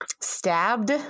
stabbed